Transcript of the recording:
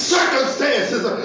Circumstances